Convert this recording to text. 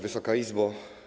Wysoka Izbo!